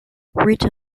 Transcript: written